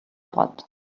pot